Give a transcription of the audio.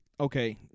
okay